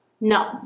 No